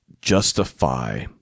justify